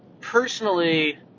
Personally